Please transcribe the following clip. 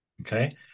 okay